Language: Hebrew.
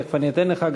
תכף אני אתן לך,